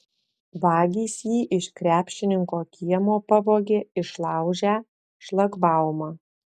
vagys jį iš krepšininko kiemo pavogė išlaužę šlagbaumą